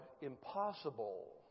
impossible